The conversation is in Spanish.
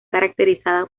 caracterizada